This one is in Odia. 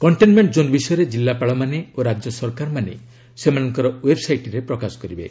କଣ୍ଟେନମେଣ୍ଟ୍ ଜୋନ୍ ବିଷୟରେ ଜିଲ୍ଲାପାଳମାନେ ଓ ରାଜ୍ୟ ସରକାରମାନେ ସେମାନଙ୍କର ଓ୍ନେବ୍ସାଇଟ୍ରେ ପ୍କାଶ କରିବେ